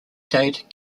dade